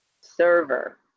server